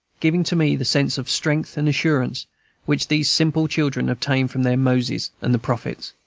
giving to me the sense of strength and assurance which these simple children obtain from their moses and the prophets.